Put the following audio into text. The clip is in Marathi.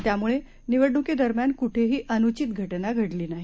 त्यामुळेनिवडणुकीदरम्यानकुठेहीअनुचितघटनाघडलीनाही